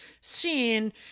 seen